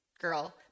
girl